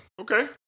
Okay